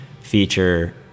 feature